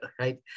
right